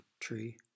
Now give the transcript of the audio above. tree